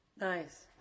Nice